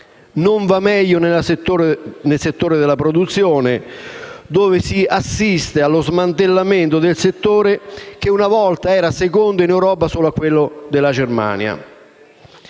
Non va meglio nel campo della produzione, dove si assiste alle smantellamento del settore che una volta era secondo in Europa solo a quello della Germania.